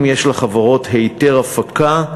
אם יש לחברות היתר הפקה,